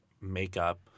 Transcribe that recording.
makeup